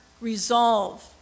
resolve